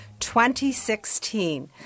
2016